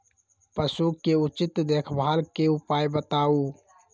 पशु के उचित देखभाल के उपाय बताऊ?